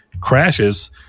crashes